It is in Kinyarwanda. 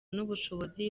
n’ubushobozi